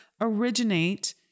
originate